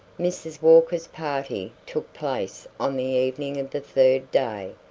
mrs. walker's party took place on the evening of the third day,